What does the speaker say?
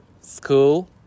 school